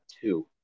two